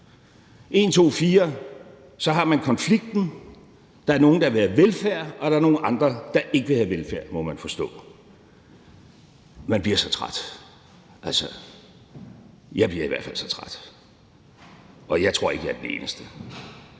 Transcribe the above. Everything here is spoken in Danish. En, to, fire har man konflikten: Der er nogle, der vil have velfærd, og der er nogle andre, der ikke vil have velfærd, må man forstå. Man bliver så træt, altså jeg bliver i hvert fald så træt, og jeg tror ikke, jeg er den eneste.